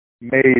Made